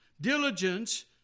diligence